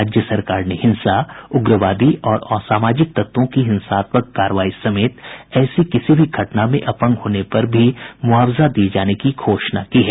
राज्य सरकार ने हिंसा उग्रवादी और असामाजिक तत्वों की हिंसात्मक कार्रवाई समेत ऐसी किसी भी घटना में अपंग होने पर भी मुआवजा दिये जाने की घोषणा की है